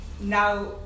now